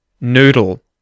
Noodle